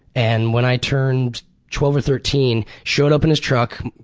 and when i turned twelve or thirteen, showed up in his truck,